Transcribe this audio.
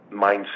mindset